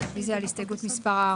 הדבר הזה נשמר לחלוטין.